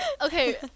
okay